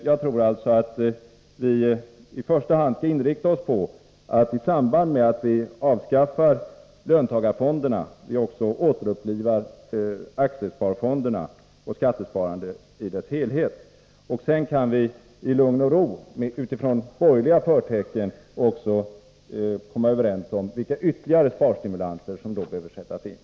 Jag tror alltså att vi i första hand skall inrikta oss på att vi i samband med att vi avskaffar löntagarfonderna också återupplivar aktiesparfonderna och skattesparandet i dess helhet. Sedan kan vi i lugn och ro utifrån borgerliga förtecken också komma överens om vilka ytterligare sparstimulanser som då behöver sättas in.